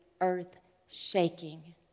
earth-shaking